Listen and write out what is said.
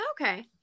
Okay